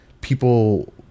people